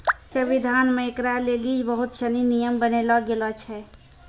संविधान मे ऐकरा लेली बहुत सनी नियम बनैलो गेलो छै